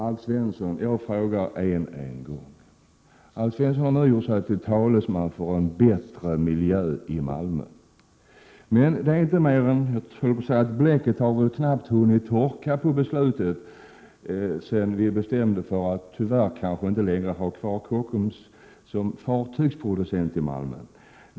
Alf Svensson har nu gjort sig till talesman för en bättre miljö i Malmö. Men bläcket har väl knappt hunnit torka på beslutet, sedan vi bestämde att inte längre ha kvar Kockums som fartygsproducent i Malmö.